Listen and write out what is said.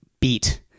beat